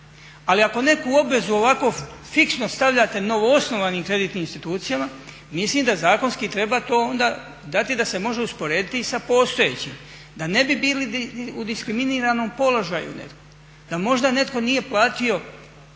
ovako neku obvezu ovako fiksno stavljate novoosnovanim kreditnim institucijama, mislim da zakonski to treba dati onda da se može usporediti i sa postojećem, da ne bi bili u diskriminiranom položaju neko, da možda netko nije platio